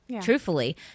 truthfully